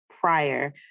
prior